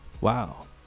Wow